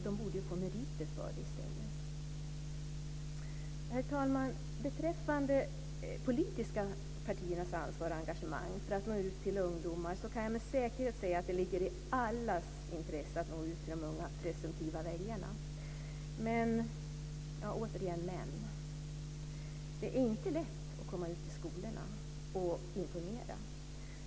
De borde ju få meriter för detta i stället. Herr talman! Beträffande politiska partiers ansvar och engagemang för att nå ut till ungdomar kan jag med säkerhet säga att det ligger i allas intresse att nå ut till de unga presumtiva väljarna. Men, återigen men, det är inte lätt att få komma ut till skolorna och informera.